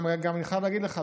אני גם חייב להגיד לך,